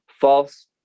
false